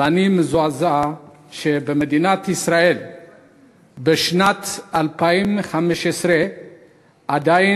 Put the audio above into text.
ואני מזועזע שבמדינת ישראל בשנת 2015 עדיין